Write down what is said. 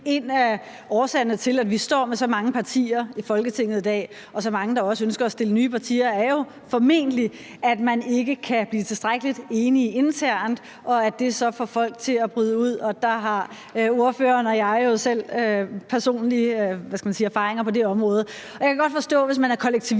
vil sige, at en af årsagerne til, at vi står med så mange partier i Folketinget i dag og så mange, der også ønsker at stifte nye partier, jo formentlig er, at man ikke kan blive et tilstrækkelig enige internt, og at det så får folk til at bryde ud. Der har ordføreren og jeg jo selv personlige erfaringer på det område. Jeg kan godt forstå, at man, hvis man er kollektivist,